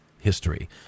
history